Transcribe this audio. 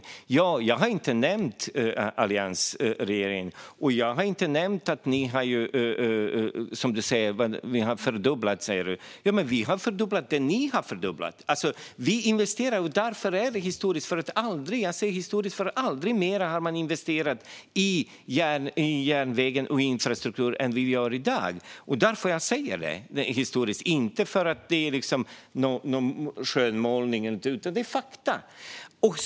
Nej, jag har inte nämnt alliansregeringen, och jag har inte nämnt att ni har fördubblat, som du säger. Men vi har fördubblat det ni har fördubblat! Därför är det historiskt. Man har aldrig investerat mer i järnvägar och infrastruktur än vi gör i dag. Det är därför jag säger att det är historiskt. Det är inte någon skönmålning, utan det är fakta.